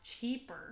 cheaper